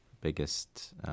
biggest